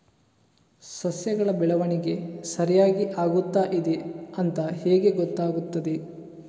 ಸಸ್ಯಗಳ ಬೆಳವಣಿಗೆ ಸರಿಯಾಗಿ ಆಗುತ್ತಾ ಇದೆ ಅಂತ ಹೇಗೆ ಗೊತ್ತಾಗುತ್ತದೆ?